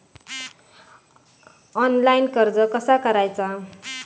Online कर्ज कसा करायचा?